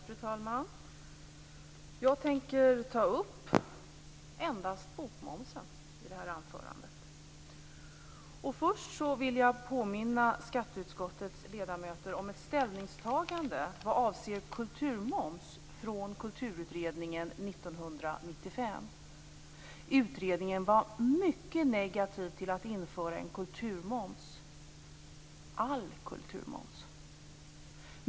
Fru talman! Jag tänker ta upp endast bokmomsen i detta anförande. Först vill jag påminna skatteutskottets ledamöter om ett ställningstagande vad avser kulturmoms från Kulturutredningen 1995. Utredningen var mycket negativ till att införa en kulturmoms - till all kulturmoms.